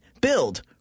Build